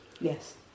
Yes